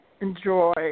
enjoy